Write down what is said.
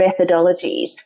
methodologies